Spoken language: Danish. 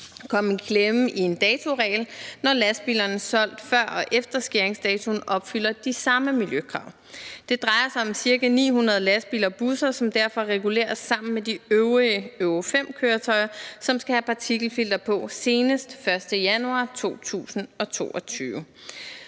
forhold til en datoregel, når lastbiler, der er solgt før og efter skæringsdatoen, opfylder de samme miljøkrav. Det drejer sig om ca. 900 lastbiler og busser, som derfor reguleres sammen med de øvrige Euro V-køretøjer, som skal have partikelfiltre på senest den 1. januar 2022.